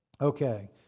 Okay